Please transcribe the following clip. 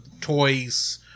toys